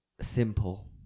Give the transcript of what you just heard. simple